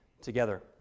together